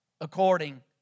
according